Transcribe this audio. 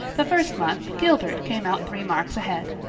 the first month gilbert came out three marks ahead.